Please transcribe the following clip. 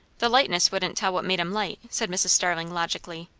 the lightness wouldn't tell what made em light, said mrs. starling logically.